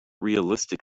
realistic